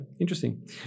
interesting